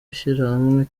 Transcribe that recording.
ishyirahamwe